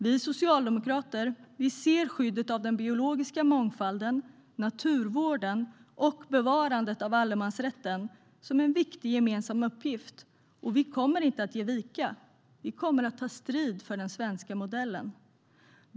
Vi socialdemokrater ser skyddet av den biologiska mångfalden, naturvården och bevarandet av allemansrätten som en viktig gemensam uppgift, och vi kommer inte att ge vika. Vi kommer att ta strid för den svenska modellen.